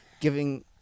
giving